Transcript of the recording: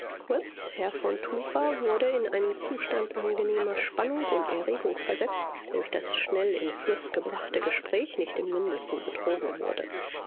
herr von tucher wurde in einen zustand angenehmer spannung und erregung versetzt der durch das schnell in fluß gebrachte gespräch nicht im mindesten betrogen wurde